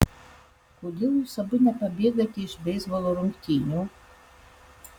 kodėl jūs abu nepabėgate iš beisbolo rungtynių